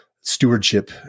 stewardship